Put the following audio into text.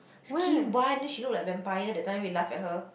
skim bun then she look like vampire that time we laugh at her